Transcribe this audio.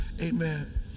amen